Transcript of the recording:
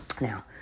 Now